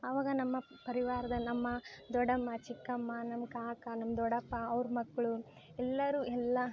ಆವಾಗ ನಮ್ಮ ಪರಿವಾರದ ನಮ್ಮ ದೊಡ್ಡಮ್ಮ ಚಿಕ್ಕಮ್ಮ ನಮ್ಮ ಕಾಕ ನಮ್ಮ ದೊಡ್ಡಪ ಅವ್ರ ಮಕ್ಕಳು ಎಲ್ಲರೂ ಎಲ್ಲ